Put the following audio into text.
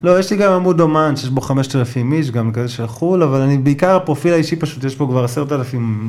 לא יש לי גם עמוד אומן שיש בו 5000 איש גם כזה של חו"ל אבל אני בעיקר הפרופיל אישי פשוט יש בו כבר 10,000.